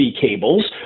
cables